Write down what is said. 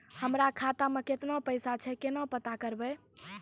हमरा खाता मे केतना पैसा छै, केना पता करबै?